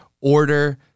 order